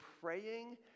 praying